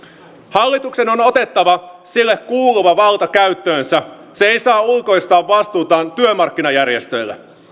hallituksen on on otettava sille kuuluva valta käyttöönsä se ei saa ulkoistaa vastuutaan työmarkkinajärjestöille